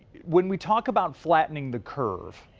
when we talk about flattening the curve.